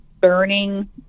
burning